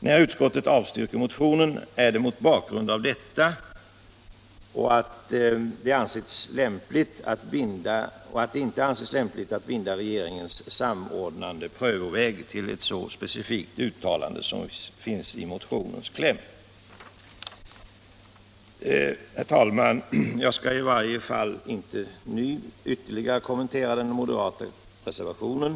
När utskottet avstyrker motionen sker det mot bakgrund av detta; det har inte ansetts lämpligt att binda regeringens samordnande prövoväg till ett så specifikt uttalande som finns i motionens kläm. Jag skall inte — i varje fall inte nu — ytterligare kommentera den moderata reservationen.